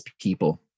people